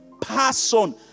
person